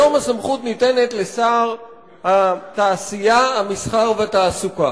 היום הסמכות ניתנת לשר התעשייה, המסחר והתעסוקה.